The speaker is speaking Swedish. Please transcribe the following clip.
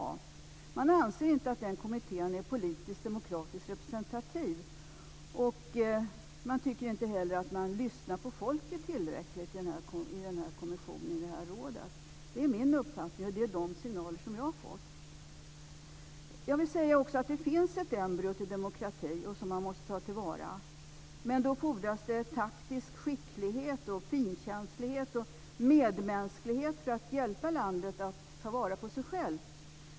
Man anser inte att den kommittén är politiskt och demokratiskt representativ. Man tycker inte heller att rådet lyssnar på folket tillräckligt. Det är min uppfattning efter de signaler jag har fått. Det finns ett embryo till demokrati som man måste ta till vara. Men det fordras taktisk skicklighet, finkänslighet och medmänsklighet för att hjälpa landet att ta vara på sig självt.